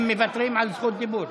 הם מוותרים על זכות הדיבור.